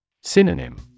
Synonym